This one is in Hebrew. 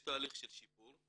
יש תהליך של שיפור.